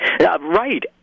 Right